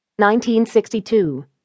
1962